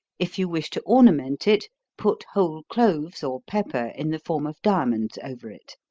if you wish to ornament it, put whole cloves, or pepper, in the form of diamonds, over it.